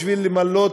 בשביל למלא,